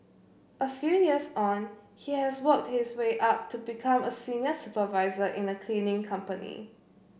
a few years on he has worked his way up to become a senior supervisor in a cleaning company